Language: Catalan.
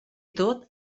tot